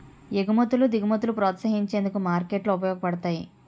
ఎగుమతులు దిగుమతులను ప్రోత్సహించేందుకు మార్కెట్లు ఉపయోగపడతాయి